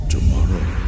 Tomorrow